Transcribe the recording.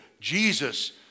Jesus